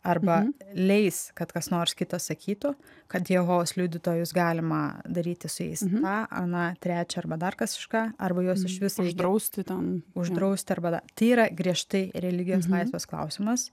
arba leis kad kas nors kitas sakytų kad jehovos liudytojus galima daryti su jais tą aną trečią arba dar kažką arba juos išvis uždrausti ten uždrausti arba tai yra griežtai religijos laisvės klausimas